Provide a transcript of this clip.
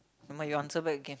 never mind you answer back again